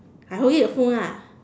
I holding the phone lah